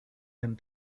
and